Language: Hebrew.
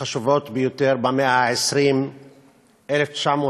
החשובות ביותר במאה ה-20, 1940,